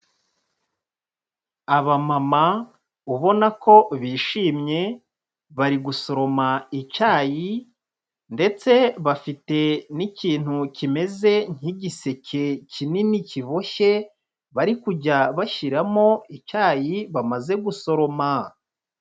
Abamama ubona ko bishimye, bari gusoroma icyayi ndetse bafite n'ikintu kimeze nk'igiseke kinini, kiboshye, bari kujya bashyiramo icyayi bamaze gusoroma.